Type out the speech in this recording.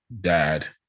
dad